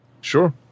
Sure